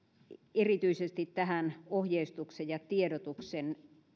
erityisesti tähän ohjeistuksen ja tiedotuksen